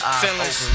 feelings